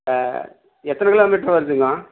எத்தனை கிலோமீட்ரு வருதுங்க